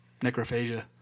necrophagia